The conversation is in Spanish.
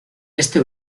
este